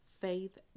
faith